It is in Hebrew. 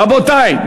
רבותי,